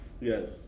yes